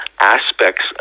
aspects